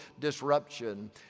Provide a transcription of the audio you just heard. disruption